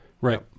Right